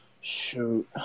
Shoot